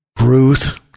Ruth